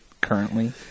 currently